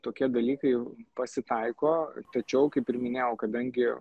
tokie dalykai pasitaiko tačiau kaip ir minėjau kadangi